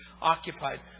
occupied